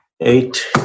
eight